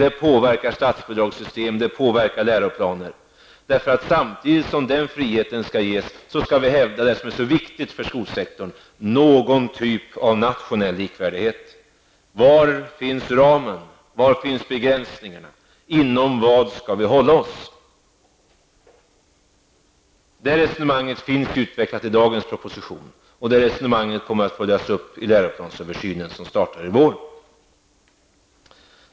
Det påverkar statsbidragssystem och läroplaner därför att samtidigt som denna frihet skall skapas, skall vi hävda det som är så viktigt för skolsektorn -- någon typ av nationell likvärdighet. Var finns ramen? Var finns begränsningarna? Inom vilka gränser skall vi hålla oss? Det resonemanget finns utvecklat i den proposition som vi behandlar i dag och resonemanget kommer att följas upp i läroplansöversynen som startar i vår.